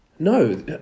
No